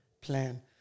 plan